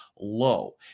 low